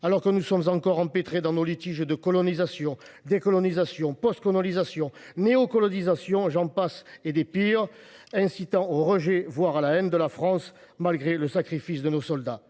alors que nous sommes encore empêtrés dans nos litiges de colonisation, décolonisation, post colonisation, néocolonisation – j’en passe, et des meilleures !–, qui incitent au rejet, voire à la haine de la France, malgré le sacrifice de nos soldats.